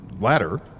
ladder